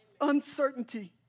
Uncertainty